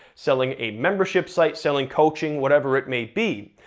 selling a membership site, selling coaching. whatever it may be.